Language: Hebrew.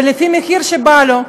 ולפי המחיר שבא לו,